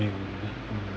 hmm